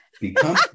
become